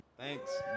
Thanks